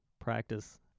practice